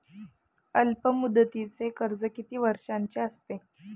अल्पमुदतीचे कर्ज किती वर्षांचे असते?